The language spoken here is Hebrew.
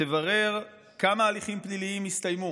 שתברר כמה הליכים פליליים הסתיימו,